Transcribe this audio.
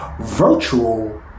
virtual